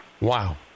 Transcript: Wow